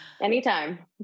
Anytime